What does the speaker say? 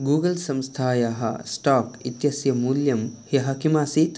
Google संस्थायाः stock इत्यस्य मूल्यं ह्यः किम् आसीत्